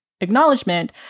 acknowledgement